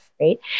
Right